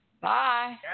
Bye